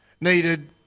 needed